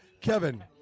Kevin